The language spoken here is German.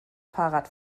fahrrad